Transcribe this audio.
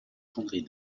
fonderie